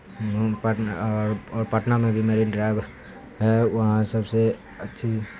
پٹنہ اور پٹنہ میں بھی مرین ڈرائیو ہے وہاں سب سے اچھی